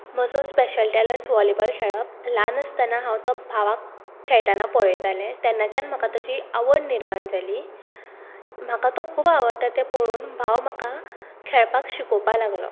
म्हजो special talent volleyball खळप ल्हान आसतना हांव तो भावाक खेळटना पळयतालें तेन्नाच्यान म्हाका ताची आवड निर्माण जाली म्हाका तो खूब आवडटा तें पळोवन भाव म्हाका खेळपाक शिकोवपाक लागलो